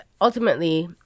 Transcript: ultimately